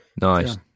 Nice